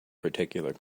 particular